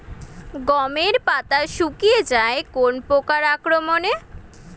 গমের পাতা শুকিয়ে যায় কোন পোকার আক্রমনে?